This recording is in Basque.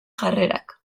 jarrerak